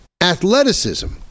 athleticism